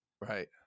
Right